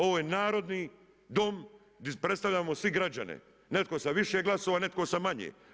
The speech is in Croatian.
Ovo je narodni Dom di predstavljamo svi građane, netko sa više glasova, netko sa manje.